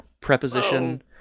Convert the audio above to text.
preposition